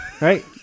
Right